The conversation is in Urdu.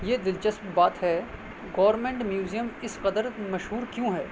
یہ دلچسپ بات ہے گورنمنٹ میوزیم اس قدر مشہور کیوں ہے